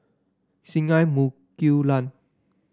Singai Mukilan